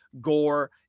Gore